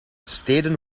steden